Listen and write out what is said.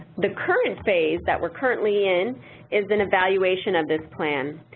the current phase that we're currently in is an evaluation of this plan.